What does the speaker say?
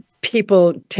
People